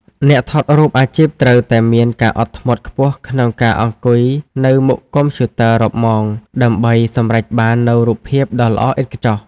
អ្នកថតរូបអាជីពត្រូវតែមានការអត់ធ្មត់ខ្ពស់ក្នុងការអង្គុយនៅមុខកុំព្យូទ័ររាប់ម៉ោង ដើម្បីសម្រេចបាននូវរូបភាពដ៏ល្អឥតខ្ចោះ។